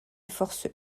forces